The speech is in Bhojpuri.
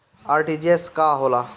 आर.टी.जी.एस का होला?